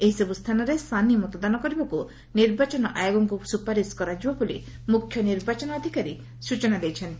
ଏହିସବୁ ସ୍ଥାନରେ ସାନି ମତଦାନ କରିବାକୁ ନିର୍ବାଚନ ଆୟୋଗଙ୍ଙୁ ସ୍ପାରିସ କରାଯିବ ବୋଲି ମୁଖ୍ୟ ନିର୍ବାଚନ ଅଧିକାରୀ ସୂଚନା ଦେଇଛନ୍ତି